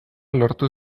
lortu